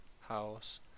house